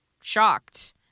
shocked